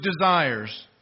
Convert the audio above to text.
desires